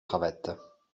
cravates